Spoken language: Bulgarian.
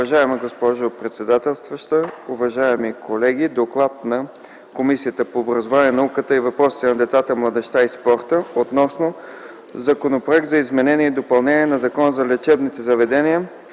Уважаема госпожо председателстваща, уважаеми колеги! „Д О К Л А Д на Комисията по образованието, науката и въпросите на децата, младежта и спорта относно Законопроект за изменение и допълнение на Закона за лечебните заведения,